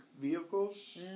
vehicles